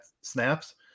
snaps